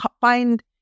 find